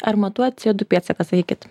ar matuojat c o du pėdsaką sakykit